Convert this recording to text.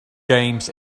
games